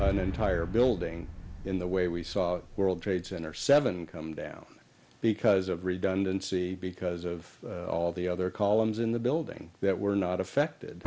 an entire building in the way we saw world trade center seven come down because of redundancy because of all the other columns in the building that were not affected